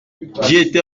étais